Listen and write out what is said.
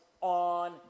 on